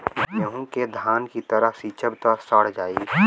गेंहू के धान की तरह सींचब त सड़ जाई